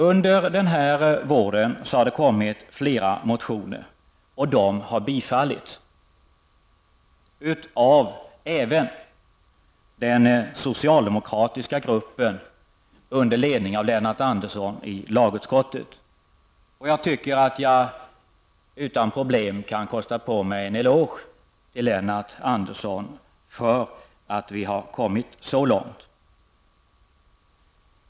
Under denna vår har det väckts flera motioner i ärendet, och de har tillstyrkts även av den socialdemokratiska gruppen under ledning av Lennart Andersson i lagutskottet. Jag tycker att jag utan problem kan kosta på mig att ge en eloge till Lennart Andersson för att vi har kommit så långt.